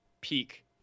peak